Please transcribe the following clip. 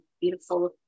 beautiful